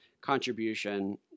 contribution